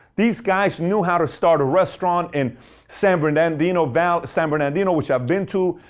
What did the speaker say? these guys knew how to start a restaurant in san bernardino valley, san bernardino, which i've been to.